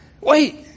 wait